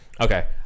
okay